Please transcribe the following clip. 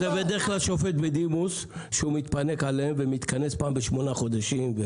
בדרך כלל זה שופט בדימוס שמתפנק עליהם ומתכנס פעם בשמונה חודשים.